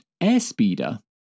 Airspeeder